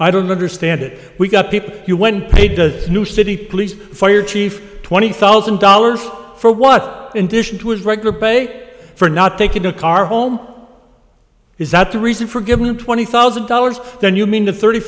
i don't understand it we got people who when paid to new city police fire chief twenty thousand dollars for what intuition to his regular bait for not taking the car home is that the reason for giving him twenty thousand dollars then you mean the thirty